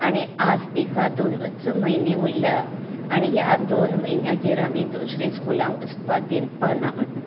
आनी आज तिका दोनच म्हयनें उरल्यांत आनी ह्या दोन म्हयन्यांचेर आमी दुसऱ्यां स्कुलांत वचपाक दिवपाना म्हण